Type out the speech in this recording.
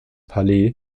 palais